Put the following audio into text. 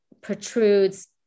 protrudes